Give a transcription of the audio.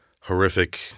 horrific